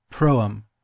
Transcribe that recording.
Proem